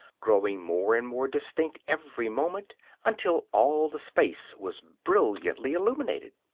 growing more and more distinct every moment until all the space was brilliantly illuminated.